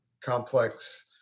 complex